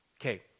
okay